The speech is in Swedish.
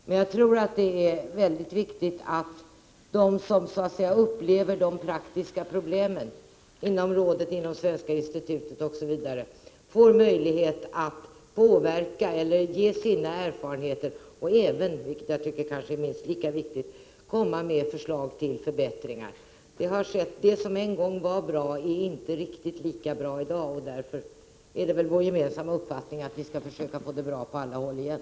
Jag tror emellertid att det är mycket viktigt att de som så att säga upplever de praktiska problemen inom Rådet, Svenska institutet, osv., får möjlighet att påverka eller delge sina erfarenheter och även — vilket jag tycker är minst lika viktigt — komma med förslag till förbättringar. Vi har sett att det som en gång var bra inte är riktigt lika bra i dag. Därför är det väl vår gemensamma uppfattning att vi bör försöka få det bra på nytt på alla håll.